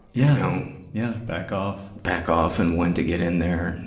yeah yeah back off back off and when to get in there.